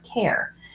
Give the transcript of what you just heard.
care